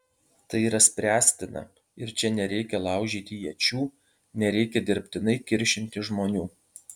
tai yra spręstina ir čia nereikia laužyti iečių nereikia dirbtinai kiršinti žmonių